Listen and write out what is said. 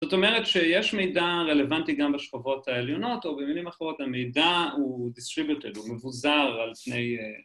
‫זאת אומרת שיש מידע רלוונטי ‫גם בשכבות העליונות, ‫או במילים אחרות, ‫המידע הוא distributed, ‫הוא מבוזר על פני...